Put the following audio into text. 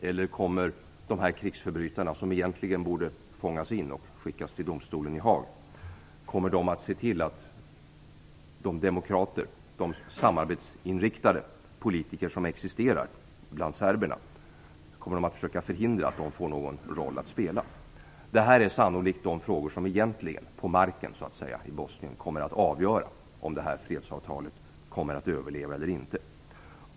Eller kommer krigsförbrytarna, som egentligen borde fångas in och skickas till domstolen i Haag, att förhindra att de demokrater och samarbetsinriktade politiker som existerar bland serberna får någon roll att spela? Det här är sannolikt de frågor i Bosnien som egentligen - på marken så att säga - kommer att avgöra om det här fredsavtalet överlever eller inte.